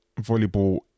volleyball